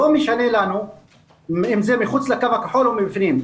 לא משנה לנו אם זה מחוץ לקו הכחול או בפנים.